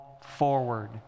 forward